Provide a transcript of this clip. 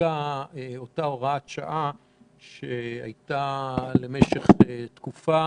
אותה הוראת שעה שהייתה למשך תקופה